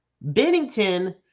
bennington